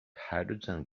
hydrogen